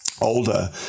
older